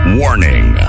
warning